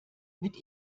mit